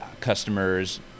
customers